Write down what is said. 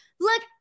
look